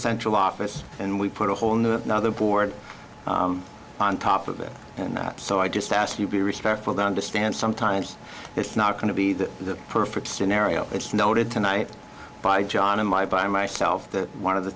central office and we put a whole new motherboard on top of it and so i just ask you be respectful to understand sometimes it's not going to be the perfect scenario it's noted tonight by john and by by myself that one of the